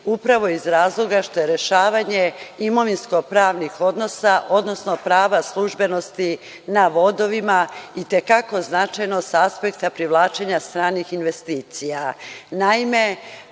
upravo iz razloga što je rešavanje imovinsko-pravnih odnosa, odnosno prava službenosti na vodovima itekako značajno sa aspekta privlačenja stranih investicija. Naime,